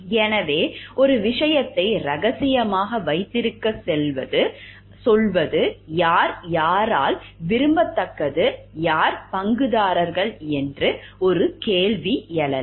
எனவே ஒரு விஷயத்தை ரகசியமாக வைத்திருக்கச் சொல்வது யார் யாரால் விரும்பத்தக்கது யார் பங்குதாரர்கள் என்று ஒரு கேள்வி எழலாம்